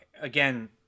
Again